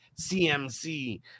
CMC